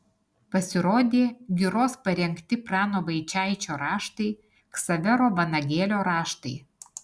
pasirodė giros parengti prano vaičaičio raštai ksavero vanagėlio raštai